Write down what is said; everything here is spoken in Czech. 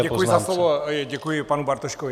Děkuji za slovo, děkuji panu Bartoškovi.